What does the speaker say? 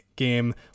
Game